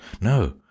No